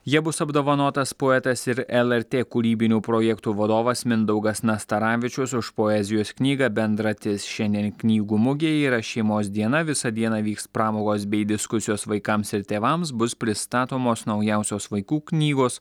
ja bus apdovanotas poetas ir lrt kūrybinių projektų vadovas mindaugas nastaravičius už poezijos knygą bendratis šiandien knygų mugė yra šeimos diena visą dieną vyks pramogos bei diskusijos vaikams ir tėvams bus pristatomos naujausios vaikų knygos